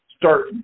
start